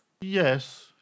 Yes